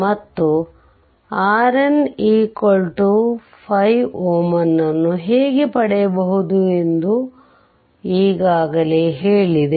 ಮತ್ತು RN 5 Ω ಅನ್ನು ಹೇಗೆ ಪಡೆಯುವುದೆಂದು ಈಗಾಗಲೇ ಹೇಳಿದೆ